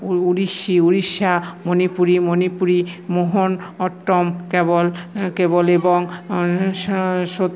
Odissi Orissa Manipuri Manipuri Mohiniyattam কেবল কেবল এবং শ